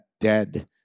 dead